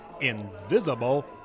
invisible